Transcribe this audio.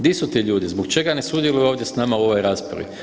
Di su ti ljudi, zbog čega ne sudjeluju ovdje s nama u ovoj raspravi?